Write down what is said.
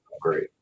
great